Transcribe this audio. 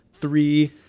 three